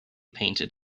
painted